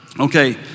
Okay